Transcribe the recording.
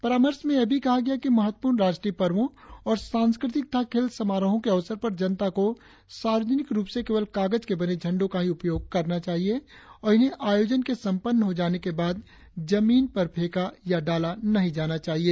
परामर्श में यह भी कहा गया है कि महत्वपूर्ण राष्ट्रीय पर्वो और सांस्कृतिक तथा खेल समारोहों के अवसर पर जनता को सार्वजनिक रुप से केवल कागज के बने झंडों का ही उपयोग करना चाहिए और इन्हें आयोजन के संपन्न हो जाने के बाद जमीन में फेंका या डाला नहीं जाना चाहिए